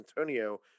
Antonio